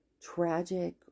tragic